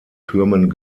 türmen